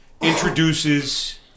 introduces